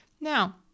Now